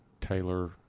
Taylor